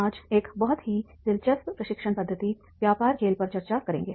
हम आज एक बहुत ही दिलचस्प प्रशिक्षण पद्धति व्यापार खेल पर चर्चा करेंगे